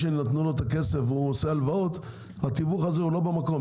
שנתנו לו את הכסף עושה הלוואות הוא לא במקום,